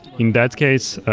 in that case,